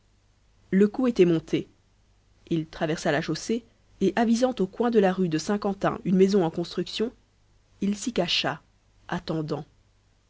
le coup était monté il traversa la chaussée et avisant au coin de la rue de saint-quentin une maison en construction il s'y cacha attendant